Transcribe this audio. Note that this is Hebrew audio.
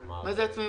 מה זה עצמאי